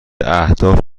اهداف